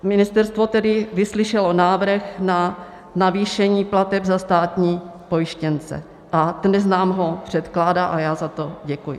Ministerstvo tedy vyslyšelo návrh na navýšení plateb za státní pojištěnce a dnes nám ho předkládá a já za to děkuji.